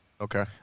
Okay